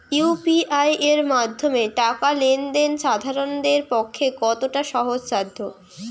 UPI এর মাধ্যমে টাকা লেন দেন সাধারনদের পক্ষে কতটা সহজসাধ্য?